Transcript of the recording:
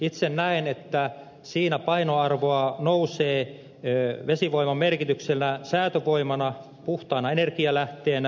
itse näen että siinä painoarvo nousee vesivoiman merkityksellä säätövoimana ja puhtaana energialähteenä